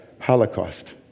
Holocaust